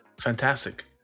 fantastic